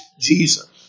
Jesus